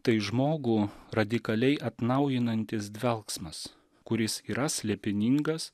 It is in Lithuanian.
tai žmogų radikaliai atnaujinantis dvelksmas kuris yra slėpiningas